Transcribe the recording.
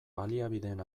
baliabideen